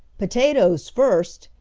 potatoes first!